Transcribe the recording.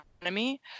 economy